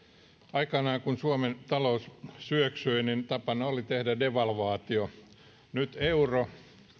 aikanaan kun suomen talous syöksyi tapana oli tehdä devalvaatio nyt euro